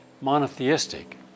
monotheistic